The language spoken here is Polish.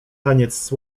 taniec